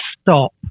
stop